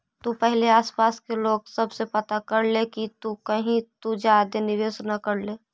तु पहिले आसपास के लोग सब से पता कर ले कि कहीं तु ज्यादे निवेश न कर ले